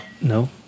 No